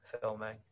filming